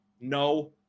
No